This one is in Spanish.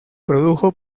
produjo